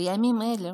בימים אלו